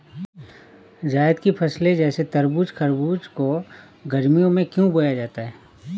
जायद की फसले जैसे तरबूज़ खरबूज को गर्मियों में क्यो बोया जाता है?